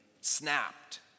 snapped